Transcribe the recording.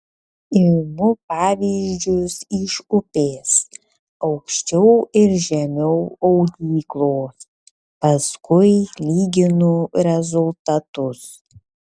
imu pavyzdžius iš upės aukščiau ir žemiau audyklos paskui lyginu rezultatus